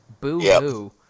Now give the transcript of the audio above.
boo